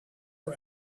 for